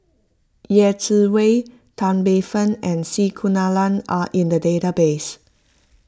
Yeh Chi Wei Tan Paey Fern and C Kunalan are in the database